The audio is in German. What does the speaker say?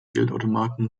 geldautomaten